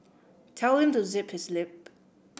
tell him to zip his lip